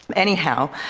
anyhow,